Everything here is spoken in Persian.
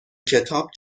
کتاب